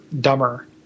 dumber